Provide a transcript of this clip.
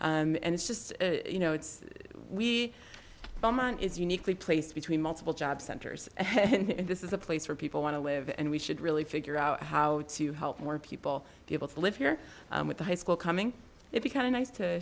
and it's just you know it's we don't want is uniquely placed between multiple job centers and this is a place where people want to live and we should really figure out how to help more people be able to live here with the high school coming it be kind of nice to